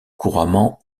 couramment